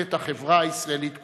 נשענת החברה הישראלית כולה.